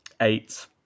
Eight